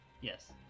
Yes